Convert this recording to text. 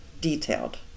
detailed